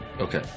Okay